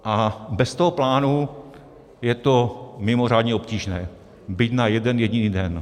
A bez toho plánu je to mimořádně obtížné byť na jeden jediný den.